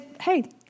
hey